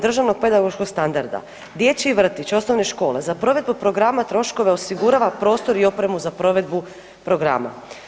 Državnog pedagoškog standarda, dječji vrtići, osnovne škole za provedbe programa troškove osigurava prostor i opremu za provedbu programa.